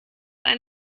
ein